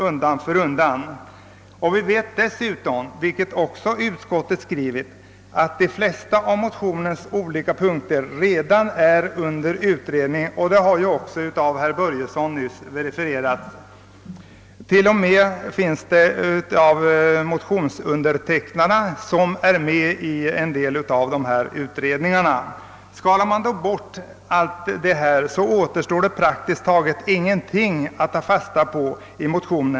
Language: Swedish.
Utskottet framhåller också, att de flesta av motionens punkter redan är föremål för utredning. Detta har herr Börjesson i Glömminge nyss verifierat. Några av motionsundertecknarna är t.o.m. ledamöter av en del av dessa utredningar. Skalar man bort allt detta, återstår det praktiskt taget ingenting i motionen att ta fasta på.